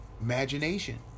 imagination